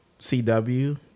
CW